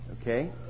okay